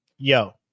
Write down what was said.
Yo